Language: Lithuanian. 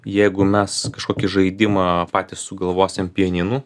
jeigu mes kažkokį žaidimą patys sugalvosim pianinu